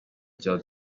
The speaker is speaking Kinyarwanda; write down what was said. bya